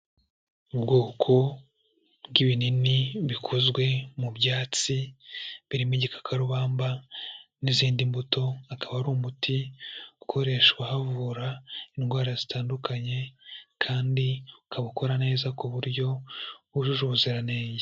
Ubwoko bw'ibinini bikozwe mu byatsi, birimo igikakarubamba n'izindi mbuto, akaba ari umuti ukoreshwa havura indwara zitandukanye kandi ukaba ukora neza ku buryo wujuje ubuziranenge.